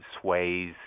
sways